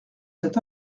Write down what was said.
cet